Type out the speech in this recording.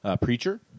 Preacher